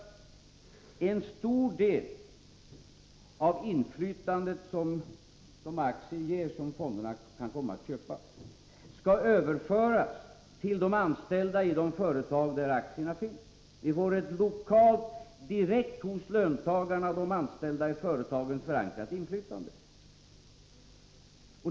En stor del av inflytandet som de aktier ger som fonderna kan komma att köpa skall överföras till de anställda i de företag i vilka man har aktier. Vi får ett lokalt, direkt hos löntagarna, de anställda, i företagen förankrat inflytande.